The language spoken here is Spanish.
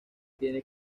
tiene